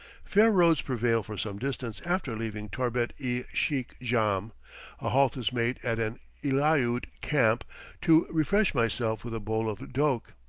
fair roads prevail for some distance after leaving torbet-i-sheikh jahm a halt is made at an eliaute camp to refresh myself with a bowl of doke.